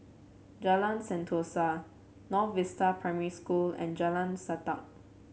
Jalan Sentosa North Vista Primary School and Jalan Sajak